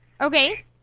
Okay